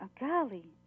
golly